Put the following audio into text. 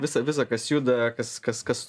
visa visa kas juda kas kas kas